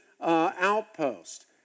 outpost